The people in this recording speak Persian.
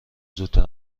زودتر